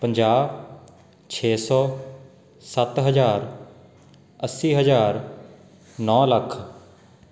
ਪੰਜਾਹ ਛੇ ਸੌ ਸੱਤ ਹਜ਼ਾਰ ਅੱਸੀ ਹਜ਼ਾਰ ਨੌ ਲੱਖ